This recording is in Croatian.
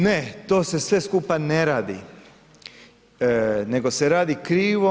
Ne, to se sve skupa ne radi nego se radi krivo.